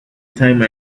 time